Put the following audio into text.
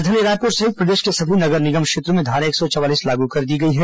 राजधानी रायपुर सहि प्रदेश के सभी नगर निगम क्षेत्रों में धारा एक सौ चवालीस लागू कर दी गई है